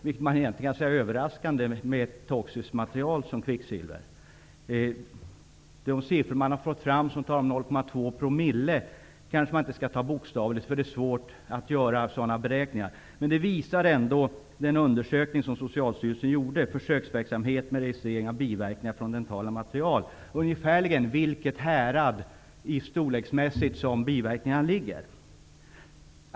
Det är egentligen överraskande, eftersom det rör sig om ett toxiskt material som kvicksilver. De siffror man har fått fram på 0,2 promille kanske man inte skall ta bokstavligt. Det är svårt att göra sådana beräkningar. Den undersökning som Socialstyrelsen gjorde med försöksverksamhet med registrering av biverkningar av dentala material visar ungefär inom vilken storleksordning biverkningarna återfinns.